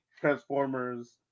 Transformers